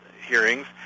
hearings